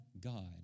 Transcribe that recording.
God